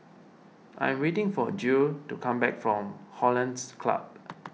I am waiting for Jule to come back from Hollandse Club